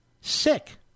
Sick